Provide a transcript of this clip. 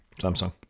Samsung